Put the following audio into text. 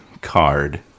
card